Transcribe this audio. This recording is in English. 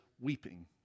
weeping